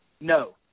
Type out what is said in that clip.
No